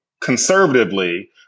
conservatively